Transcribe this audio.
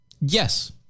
Yes